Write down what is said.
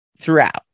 throughout